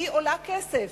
עולה כסף.